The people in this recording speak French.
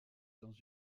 dans